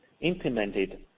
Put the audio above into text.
implemented